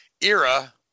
era